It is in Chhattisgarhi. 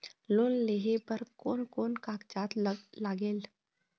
लोन लेहे बर कोन कोन कागजात लागेल?